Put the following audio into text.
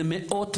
זה מאות,